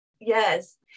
Yes